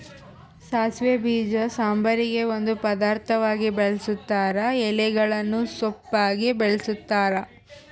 ಸಾಸಿವೆ ಬೀಜ ಸಾಂಬಾರಿಗೆ ಒಂದು ಪದಾರ್ಥವಾಗಿ ಬಳುಸ್ತಾರ ಎಲೆಗಳನ್ನು ಸೊಪ್ಪಾಗಿ ಬಳಸ್ತಾರ